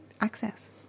access